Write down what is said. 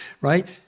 right